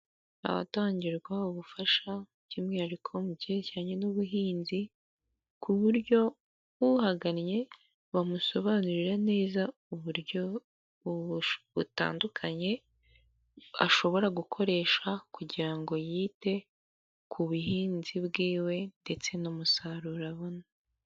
Ahatangirwa ubufasha by'umwihariko mu byerekeranye n'ubuhinzi, ku buryo uhagannye bamusobanurira neza uburyo butandukanye ashobora gukoresha, kugira ngo yite ku buhinzi bw'iwe ndetse n'umusaruro abona